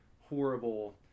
horrible